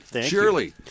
Surely